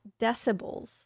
decibels